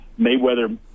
Mayweather